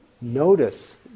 Notice